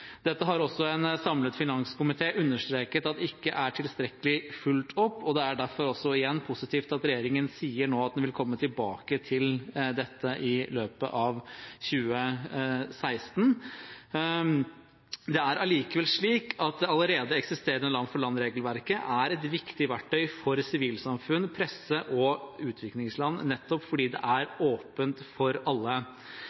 Dette har også en samlet finanskomité understreket ikke er tilstrekkelig fulgt opp, og det er derfor igjen positivt at regjeringen nå sier at den vil komme tilbake til dette i løpet av 2016. Det er allikevel slik at det allerede eksisterende land-for-land-regelverket er et viktig verktøy for sivilsamfunn, presse og utviklingsland nettopp fordi det er